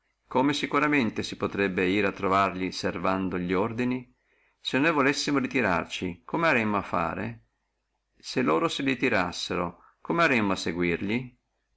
si potrebbe ire servando li ordini a trovarli se noi volessimo ritirarci come aremmo a fare se loro si ritirassino come aremmo a seguirli